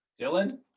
Dylan